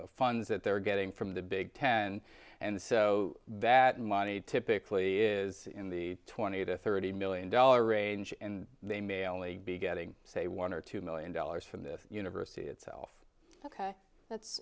maybe funds that they're getting from the big ten and so that money typically is in the twenty to thirty million dollar range and they may only be getting say one or two million dollars from the university itself ok that's